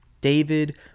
David